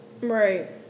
Right